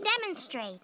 demonstrate